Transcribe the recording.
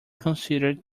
considered